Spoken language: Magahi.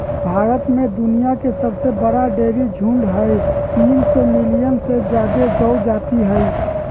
भारत में दुनिया के सबसे बड़ा डेयरी झुंड हई, तीन सौ मिलियन से जादे गौ जाती हई